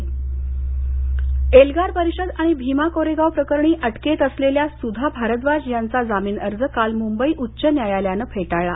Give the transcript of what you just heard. एल्गार एल्गार परिषद आणि भीमा कोरेगाव प्रकरणी अटकेत असलेल्या सुधा भारद्वाज यांचा जामीन अर्ज काल मुंबई उच्च न्यायालयानं फेटाळला